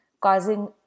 causing